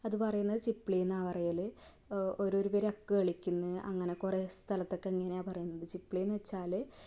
അത് പറയുന്നത് ചിപ്ലിയെന്നാ പറയൽ ഓരോരു പേര് അക്ക് കളിക്കുന്നു അങ്ങനെ കുറേ സ്ഥലത്തൊക്കെ അങ്ങനെയാ പറയുന്നത് ചിപ്ലിയെന്ന് വെച്ചാൽ